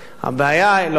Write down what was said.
הבעיה היא, לא.